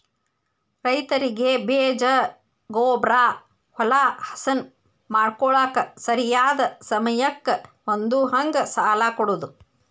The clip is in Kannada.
ರೈತರಿಗೆ ಬೇಜ, ಗೊಬ್ಬ್ರಾ, ಹೊಲಾ ಹಸನ ಮಾಡ್ಕೋಳಾಕ ಸರಿಯಾದ ಸಮಯಕ್ಕ ಹೊಂದುಹಂಗ ಸಾಲಾ ಕೊಡುದ